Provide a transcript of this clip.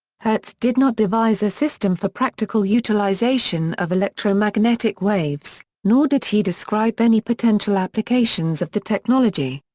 hertz did not devise a system for practical utilization of electromagnetic waves, nor did he describe any potential applications of the technology.